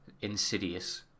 insidious